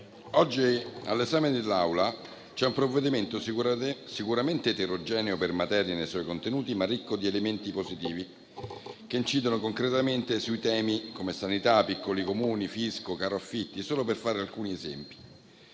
oggi all'esame dell'Aula c'è un provvedimento sicuramente eterogeneo per materia nei suoi contenuti, ma ricco di elementi positivi che incidono concretamente su temi come sanità, piccoli Comuni, fisco, caro affitti, solo per fare alcuni esempi.